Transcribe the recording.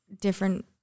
different